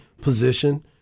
position